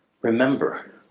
Remember